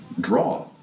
draw